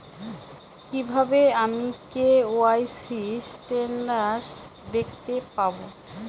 কিভাবে আমি KYC status দেখতে পারবো?